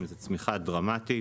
זו צמיחה דרמטית.